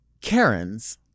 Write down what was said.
Karen's